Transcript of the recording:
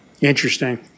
Interesting